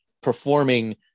Performing